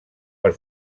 per